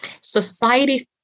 Society